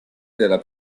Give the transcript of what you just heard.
della